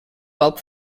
bulb